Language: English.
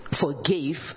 forgave